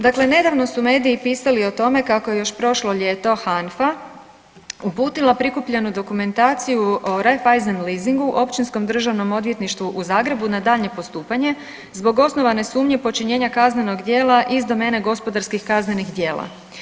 Dakle, nedavno su mediji pisali o tome kako je još prošlo ljeto HANFA uputila prikupljenu dokumentaciju o Raiffeisen leasingu Općinskom državnom odvjetništvu u Zagrebu na daljnje postupanje zbog osnovane sumnje počinjenja kaznenog djela iz domene gospodarskih kaznenih djela.